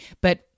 But-